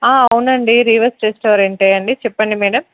అవునండి రీవర్స్ రెస్టారెంటే అండి చెప్పండి మేడం